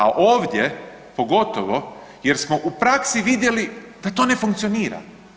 A ovdje pogotovo jer smo u praksi vidjeli da to ne funkcionira.